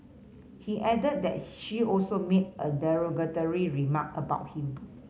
he added that she also made a derogatory remark about him